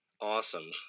Awesome